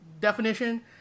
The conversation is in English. definition